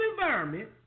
environment